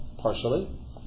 Partially